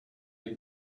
have